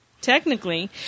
Technically